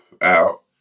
out